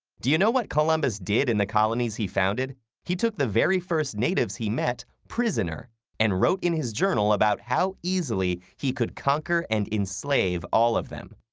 do you know what columbus did in the colonies he founded? he took the very first natives he met prisoner and wrote in his journal about how easily he could conquer and enslave all of them.